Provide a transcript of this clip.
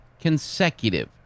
consecutive